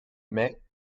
mais